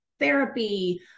therapy